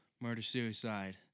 murder-suicide